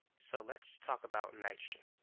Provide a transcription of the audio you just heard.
so let's talk about nitrogen